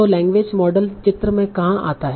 तों language model चित्र में कहाँ आता है